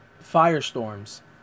firestorms